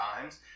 times